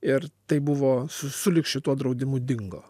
ir tai buvo su sulig šituo draudimu dingo